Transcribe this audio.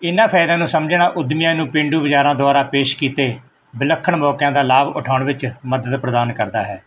ਇਹਨਾਂ ਫਾਇਦਿਆਂ ਨੂੰ ਸਮਝਣਾ ਉਦਮੀਆਂ ਨੂੰ ਪੇਂਡੂ ਬਜ਼ਾਰਾਂ ਦੁਆਰਾ ਪੇਸ਼ ਕੀਤੇ ਵਿਲੱਖਣ ਮੌਕਿਆਂ ਦਾ ਲਾਭ ਉਠਾਉਣ ਵਿੱਚ ਮਦਦ ਪ੍ਰਦਾਨ ਕਰਦਾ ਹੈ